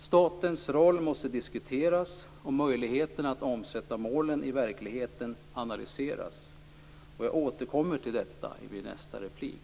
Statens roll måste diskuteras och möjligheterna att uppnå målen i verkligheten analyseras. Jag återkommer till detta i mitt nästa inlägg.